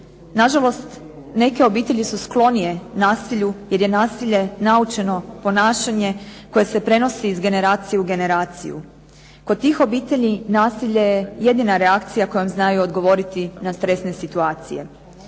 Nažalost, neke obitelji su sklonije nasilju jer je nasilje naučeno ponašanje koje se prenosi iz generacije u generaciju. Kod tih obitelji nasilje je jedina reakcija kojom znaju odgovoriti na stresne situacije.